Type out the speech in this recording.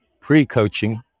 pre-coaching